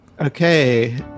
okay